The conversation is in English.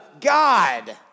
God